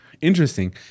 interesting